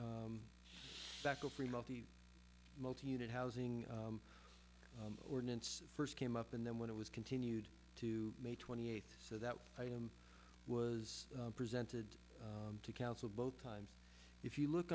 multi unit housing ordinance first came up and then when it was continued to may twenty eighth so that item was presented to council both times if you look